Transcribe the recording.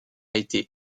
été